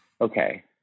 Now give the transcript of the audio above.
Okay